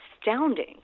astounding